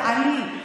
שבה אני גדלתי,